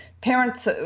parents